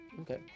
Okay